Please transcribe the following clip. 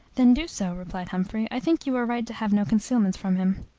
then do so, replied humphrey i think you are right to have no concealments from him.